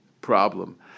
problem